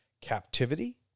captivity